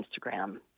Instagram